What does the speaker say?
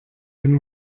den